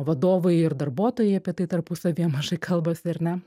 vadovai ir darbuotojai apie tai tarpusavyje mažai kalbasi ar ne